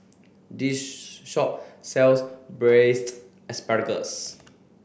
this shop sells braised asparagus